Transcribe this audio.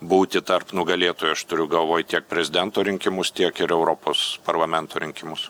būti tarp nugalėtojų aš turiu galvoj tiek prezidento rinkimus tiek ir europos parlamento rinkimus